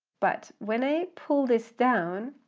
but when i pull this down,